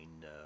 no